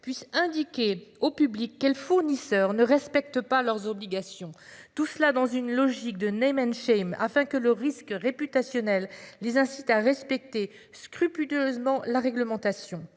puisse indiquer au public quel fournisseur ne respectent pas leurs obligations. Tout cela dans une logique de. Afin que le risque réputationnel les incite à respecter scrupuleusement la réglementation